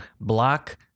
block